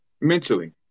mentally